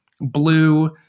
blue